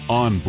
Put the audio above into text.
on